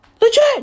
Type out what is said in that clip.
legit